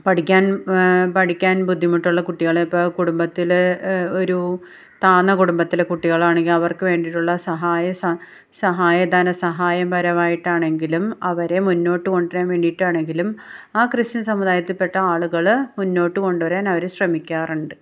പഠിക്കാൻ പഠിക്കാൻ ബുദ്ധിമുട്ടുള്ള കുട്ടികളെ ഇപ്പം കുടുംബത്തിൽ ഒരു താഴ്ന്ന കുടുംബത്തിലെ കുട്ടികളാണെങ്കിൽ അവർക്ക് വേണ്ടിയിട്ടുള്ള സഹായ സഹായ ധന സഹായപരമായിട്ടാണെങ്കിലും അവരെ മുന്നോട്ട് കൊണ്ടുവരാൻ വേണ്ടിയിട്ടാണെങ്കിലും ആ ക്രിസ്ത്യൻ സമുദായത്തിൽപ്പെട്ട ആളുകളെ മുന്നോട്ട് കൊണ്ടുവരാൻ അവർ ശ്രമിക്കാറുണ്ട്